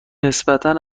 نسبتا